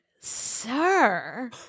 sir